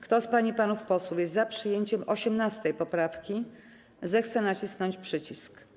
Kto z pań i panów posłów jest za przyjęciem 18. poprawki, zechce nacisnąć przycisk.